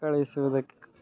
ಕಳಿಸುವುದಕ್ಕೆ